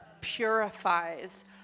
purifies